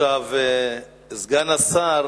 סגן השר